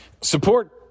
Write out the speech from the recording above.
Support